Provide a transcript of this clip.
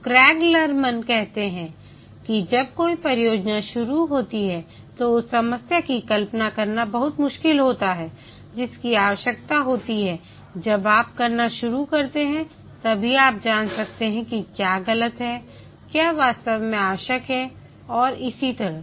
तो Craig Larman कहते हैं कि जब कोई परियोजना शुरू होती है तो उस समस्या की कल्पना करना बहुत मुश्किल होता है जिसकी आवश्यकता होती है जब आप करना शुरू करते हैं तभी आप जान सकते हैं कि क्या गलत है क्या वास्तव में आवश्यक है और इसी तरह